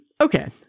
Okay